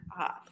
off